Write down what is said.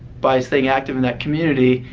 by staying active in that community,